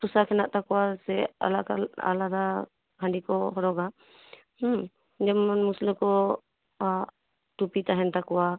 ᱯᱳᱥᱟᱠ ᱦᱮᱱᱟᱜ ᱛᱟᱠᱚᱣᱟ ᱥᱮ ᱟᱞᱟᱫᱟ ᱟᱞᱟᱫᱟ ᱜᱮᱠᱚ ᱦᱚᱨᱚᱜᱟ ᱦᱩᱸ ᱡᱮᱢᱚᱱ ᱢᱩᱥᱞᱟᱹ ᱠᱚᱣᱟᱜ ᱴᱩᱯᱤ ᱛᱟᱦᱮᱱ ᱛᱟᱠᱚᱣᱟ